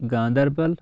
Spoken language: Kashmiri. گانٛدَربَل